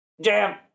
Jam